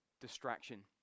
distraction